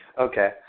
Okay